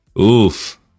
Oof